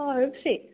অঁ ৰূপশ্ৰী